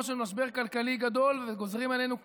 של משבר כלכלי גדול וגוזרים עלינו קיפאון,